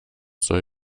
soll